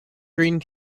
green